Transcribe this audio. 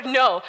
no